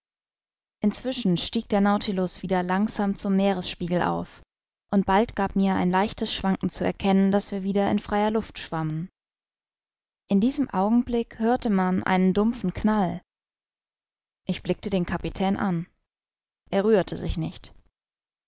inzwischen stieg der nautilus wieder langsam zum meeresspiegel auf und bald gab mir ein leichtes schwanken zu erkennen daß wir wieder in freier luft schwammen in diesem augenblick hörte man einen dumpfen knall ich blickte den kapitän an er rührte sich nicht